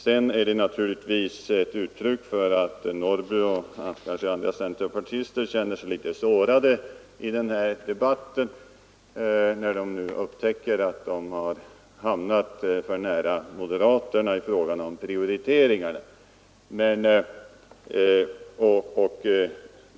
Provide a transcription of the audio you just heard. Herr Norrby och kanske även andra centerpartister känner sig tydligen litet sårade i den här debatten, när de upptäcker att de har hamnat för nära moderaterna i fråga om prioriteringar.